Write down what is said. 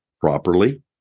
properly